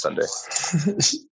Sunday